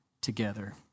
together